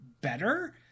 better